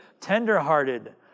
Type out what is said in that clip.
tenderhearted